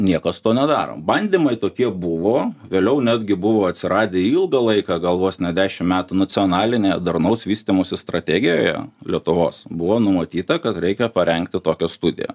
niekas to nedaro bandymai tokie buvo vėliau netgi buvo atsiradę ilgą laiką gal vos ne dešim metų nacionalinėje darnaus vystymosi strategijoje lietuvos buvo numatyta kad reikia parengti tokią studiją